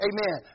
Amen